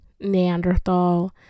Neanderthal